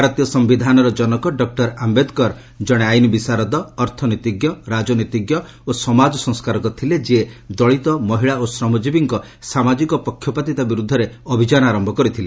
ଭାରତୀୟ ସମ୍ଭିଧାନର ଜନକ ଡକ୍କର ଆମ୍ଭେଦକର କଣେ ଆଇନବିଶାରଦ ଅର୍ଥନୀତିଜ୍ଞ ରାଜନୀତିଜ୍ଞ ଓ ସମାଜ ସଂସ୍କାରକ ଥିଲେ ଯିଏ ଦଳିତ ମହିଳା ଓ ଶ୍ରମଜିବୀଙ୍କ ସାମାଜିକ ପକ୍ଷପାତିତା ବିରୁଦ୍ଧରେ ଅଭିଯାନ ଆରମ୍ଭ କରିଥିଲେ